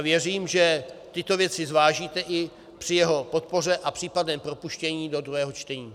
Věřím, že tyto věci zvážíte i při jeho podpoře a případném propuštění do druhého čtení.